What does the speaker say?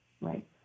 Right